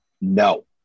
No